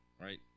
right